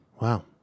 Wow